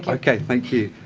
ok. thank you.